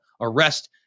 arrest